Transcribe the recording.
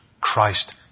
Christ